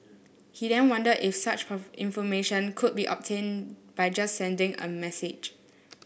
he then wondered if such information could be obtained by just sending a message